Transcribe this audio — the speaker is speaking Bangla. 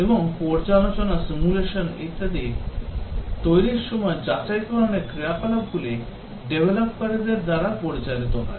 এবং পর্যালোচনা সিমুলেশন ইত্যাদি তৈরির সময় যাচাইকরণের ক্রিয়াকলাপগুলি ডেভলপকারীদের দ্বারা পরিচালিত হয়